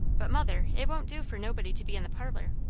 but, mother, it won't do for nobody to be in the parlour.